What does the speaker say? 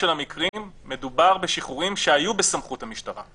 אופיר אנחנו כבר פונים אליך.